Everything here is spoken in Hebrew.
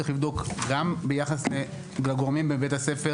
צריך לבדוק גם ביחס לגורמים בבית הספר